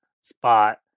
spot